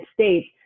States